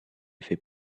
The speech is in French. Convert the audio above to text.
fait